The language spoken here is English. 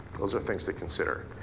those are things to consider.